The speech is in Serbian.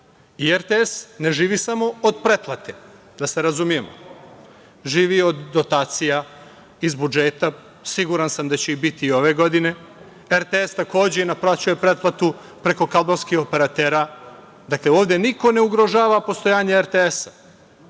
i RTS ne živi samo od pretplate, da se razumemo, živi od dotacija iz budžeta, siguran sam da će ih biti i ove godine, RTS takođe i naplaćuje i pretplatu preko kablovskih operatera. Dakle, ovde niko ne ugrožava postojanje RTS-a,